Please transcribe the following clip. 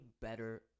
better